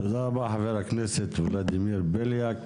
תודה רבה, חה"כ ולדימיר בליאק.